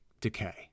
decay